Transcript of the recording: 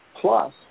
plus